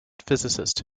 physicist